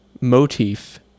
motif